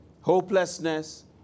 hopelessness